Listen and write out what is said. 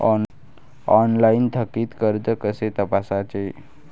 Online थकीत कर्ज कसे तपासायचे?